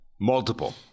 Multiple